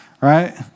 right